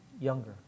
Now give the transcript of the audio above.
younger